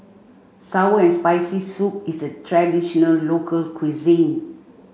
sour and spicy soup is a traditional local cuisine